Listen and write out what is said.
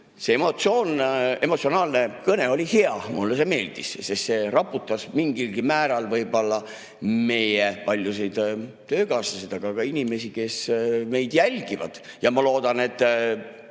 See emotsionaalne kõne oli hea, mulle see meeldis, sest see raputas mingilgi määral meie paljusid töökaaslasi, aga ka inimesi, kes meid jälgivad. Ma loodan, et